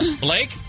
Blake